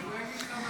כאילו אין מלחמה.